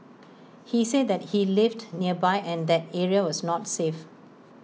he said that he lived nearby and that area was not safe